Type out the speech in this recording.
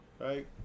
right